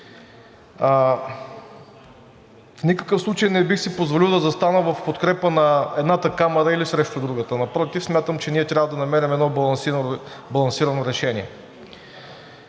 В никакъв случай не бих си позволил да застана в подкрепа на едната Камара или срещу другата. Напротив, смятам, че ние трябва да намерим едно балансирано решение.